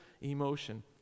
emotion